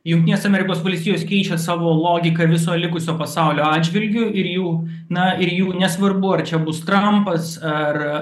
jungtinės amerikos valstijos keičia savo logiką viso likusio pasaulio atžvilgiu ir jų na ir jų nesvarbu ar čia bus trampas ar